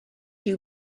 you